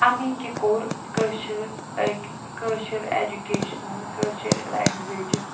اَمی کہِ کوٚر کٲشٕر أکۍ کٲشٕر اٮ۪جُکیشن کٲشِرۍ لٮ۪نٛگویجہِ